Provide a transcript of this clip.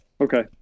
okay